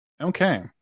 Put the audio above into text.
Okay